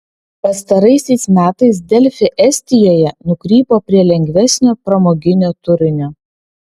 pastaraisiais metais delfi estijoje nukrypo prie lengvesnio pramoginio turinio